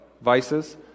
vices